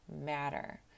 matter